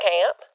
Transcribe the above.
Camp